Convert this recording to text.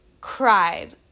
cried